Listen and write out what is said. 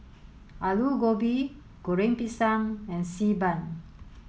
Aloo Gobi Goreng Pisang and Xi Ban